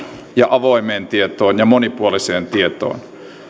ja avoimeen tietoon ja monipuoliseen tietoon